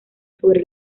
sobre